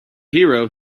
hero